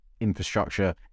infrastructure